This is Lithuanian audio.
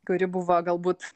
kuri buvo galbūt